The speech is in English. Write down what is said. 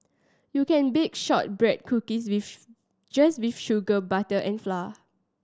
you can bake shortbread cookies just with sugar butter and flour